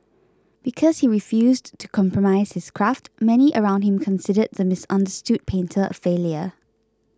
because he refused to compromise his craft many around him considered the misunderstood painter a failure